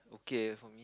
okay from